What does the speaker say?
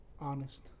Honest